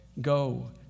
Go